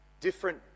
different